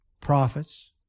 prophets